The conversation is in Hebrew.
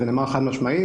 זה נאמר חד משמעית.